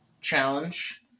challenge